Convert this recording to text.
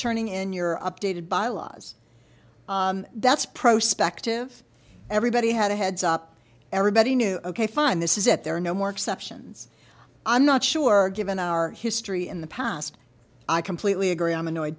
turning in your updated bylaws that's prospect if everybody had a heads up everybody knew ok fine this is it there are no more exceptions i'm not sure given our history in the past i completely agree i'm annoyed